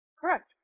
Correct